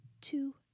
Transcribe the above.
two